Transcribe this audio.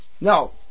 No